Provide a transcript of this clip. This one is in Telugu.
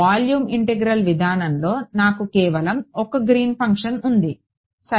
వాల్యూమ్ ఇంటిగ్రల్ విధానంలో నాకు కేవలం ఒక గ్రీన్ ఫంక్షన్ ఉంది సరే